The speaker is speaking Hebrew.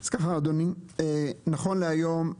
אז אדוני נכון להיום,